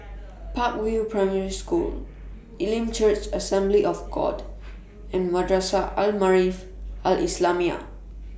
Park View Primary School Elim Church Assembly of God and Madrasah Al Maarif Al Islamiah